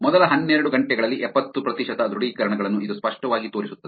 ಮೊದಲ ಹನ್ನೆರಡು ಗಂಟೆಗಳಲ್ಲಿ ಎಪ್ಪತ್ತು ಪ್ರತಿಶತ ದೃಢೀಕರಣಗಳನ್ನು ಇದು ಸ್ಪಷ್ಟವಾಗಿ ತೋರಿಸುತ್ತದೆ